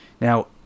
Now